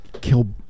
kill